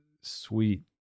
sweet